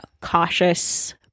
cautious